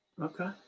Okay